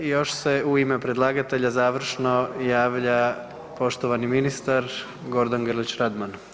Još se u ime predlagatelja završno javlja poštovani ministar Gordan Grlić Radman.